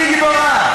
במסגרת הזמן הקצר הזה,